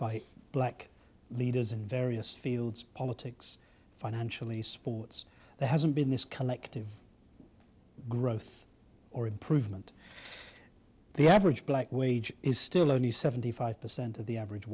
by black leaders in various fields politics financially sports there hasn't been this collective growth or improvement the average black wage is still only seventy five percent of the average